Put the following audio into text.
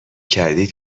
کردید